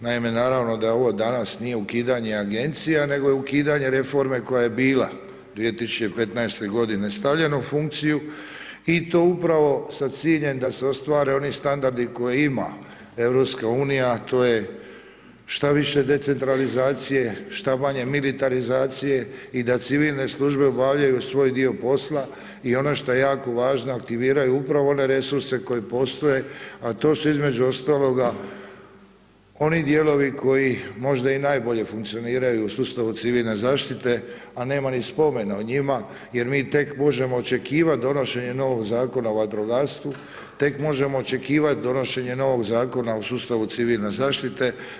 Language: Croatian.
Naime naravno da ovo danas nije ukidanje agencija nego je ukidanje reforme koja je bila 2015. godine stavljena u funkciju i to upravo sa ciljem da se ostvare oni standardi koje ima EU a to je šta više decentralizacije, šta manje militarizacije i da civilne službe obavljaju svoj dio posla i ono što je jako važno aktiviraju upravo one resurse koje postoje a to su između ostaloga oni dijelovi koji možda i najbolje funkcioniraju u sustavu civilne zaštite a nema ni spomena o njima jer mi tek možemo očekivati donošenje novog Zakona o vatrogastvu, tek možemo očekivati donošenje novog Zakona o sustavu civilne zaštite.